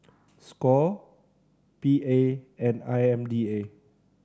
score P A and I M D A